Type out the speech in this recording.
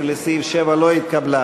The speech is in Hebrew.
16 לסעיף 7 לא התקבלה.